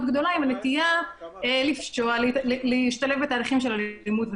גדולה עם נטייה להשתלב בתהליכים של אלימות ופשיעה.